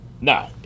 Now